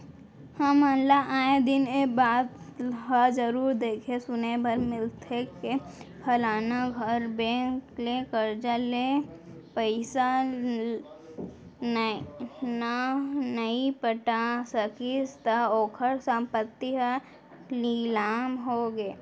हमन ल आय दिन ए बात ह जरुर देखे सुने बर मिलथे के फलाना घर बेंक ले करजा ले पइसा न नइ पटा सकिस त ओखर संपत्ति ह लिलाम होगे